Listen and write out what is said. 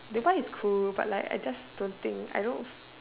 because it's cool but like I just don't think I don't